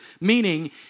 meaning